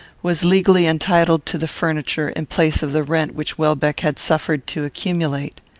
was legally entitled to the furniture, in place of the rent which welbeck had suffered to accumulate.